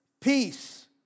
peace